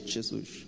Jesus